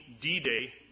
D-Day